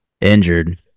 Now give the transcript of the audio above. injured